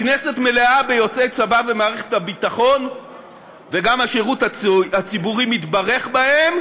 הכנסת מלאה ביוצאי צבא ומערכת הביטחון וגם השירות הציבורי מתברך בהם,